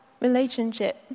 relationship